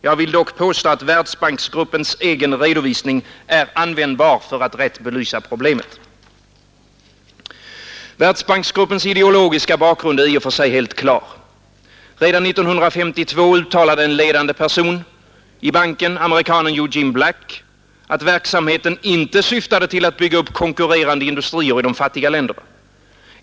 Jag vill dock påstå att Världsbanksgruppens egen redovisning är användbar för att rätt belysa problemet. Världsbanksgruppens ideologiska bakgrund är i och för sig helt klar. Redan 1952 uttalade en ledande person i banken, amerikanen Eugene Black, att verksamheten inte syftade att bygga upp konkurrerande industrier i de fattiga länderna.